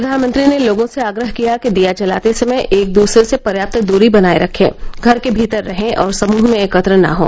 प्रधानमंत्री ने लोगों से आग्रह किया कि दीया जलाते समय एक दूसरे से पर्याप्त दूरी बनाए रखें घर के भीतर रहें और समूह में एकत्र न हों